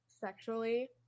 sexually